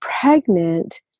pregnant